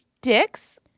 dicks